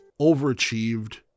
overachieved